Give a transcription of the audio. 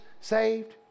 saved